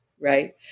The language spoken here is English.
right